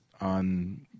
on